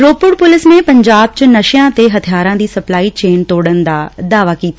Ropar police ਨੇ ਪੰਜਾਬ ਚ ਨਸ਼ਿਆਂ ਤੇ ਹਥਿਆਰਾਂ ਦੀ ਸਪਲਾਈ ਚੇਨ ਤੋੜਨ ਦਾ ਦਾਅਵਾ ਕੀਤੇ